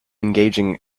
engaging